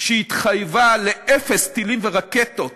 שהתחייבה לאפס טילים ורקטות